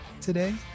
today